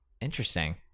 interesting